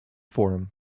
forum